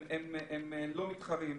לא מתחרים.